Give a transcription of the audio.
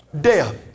Death